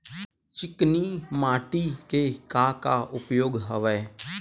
चिकनी माटी के का का उपयोग हवय?